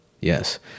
Yes